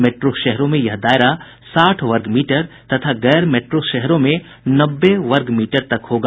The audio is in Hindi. मेट्रो शहरों में यह दायरा साठ वर्ग मीटर तथा गैर मेट्रो शहरों में नब्बे वर्ग मीटर तक होगा